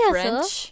French